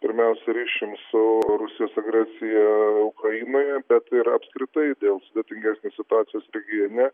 pirmiausia ryšium su rusijos agresija ukrainoje bet ir apskritai dėl sudėtingesnės situacijos regione